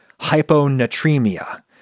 hyponatremia